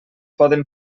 poden